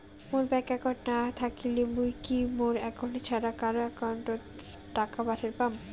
মোর bank account না থাকিলে মুই কি মোর একাউন্ট ছাড়া কারো একাউন্ট অত টাকা পাঠের পাম?